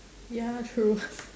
ya true